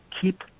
keep